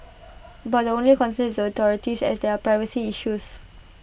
but the only concern is the authorities as there are privacy issues